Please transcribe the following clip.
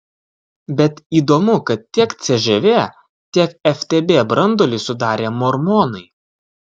bet įdomu kad tiek cžv tiek ftb branduolį sudarė mormonai